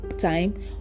time